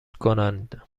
کنند